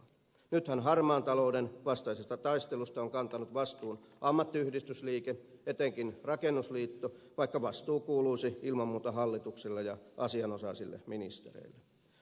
nythän harmaan talouden vastaisesta taistelusta on kantanut vastuun ammattiyhdistysliike etenkin rakennusliitto vaikka vastuu kuuluisi ilman muuta hallitukselle ja asianosaisille ministereille